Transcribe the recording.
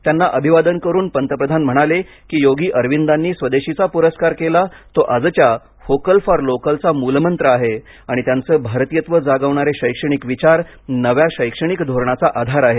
त्यांना अभिवादन करून पंतप्रधान म्हणाले की योगी अरविंदांनी स्वदेशीचा पुरस्कार केला तो आजच्या व्होकल फॉर लोकल चा मूलमंत्र आहे आणि त्यांचे भारतियत्व जागवणारे शैक्षणिक विचार नव्या शैक्षणिक धोरणाचा आधार आहेत